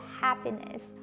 happiness